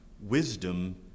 wisdom